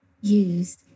use